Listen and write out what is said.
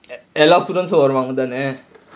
எல்லா:ellaa students வருவாங்க தானே:varuvaanga thaanae